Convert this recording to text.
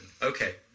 Okay